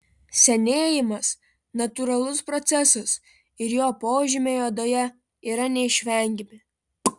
senėjimas natūralus procesas ir jo požymiai odoje yra neišvengiami